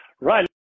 Right